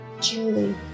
Julie